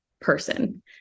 person